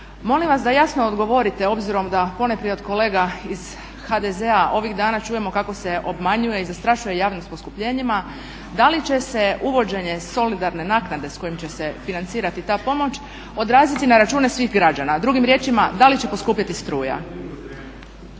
Molim vas da jasno odgovorite obzirom da, ponajprije od kolega iz HDZ-a ovih dana čujemo kako se obmanjuje i zastrašuje javnim poskupljenjima. Da li će se uvođenje solidarne naknade s kojim će se financirati ta pomoć odraziti na račune svih građana. Drugim riječima da li će poskupiti struja?